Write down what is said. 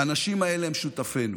האנשים האלה הם שותפינו.